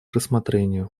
рассмотрению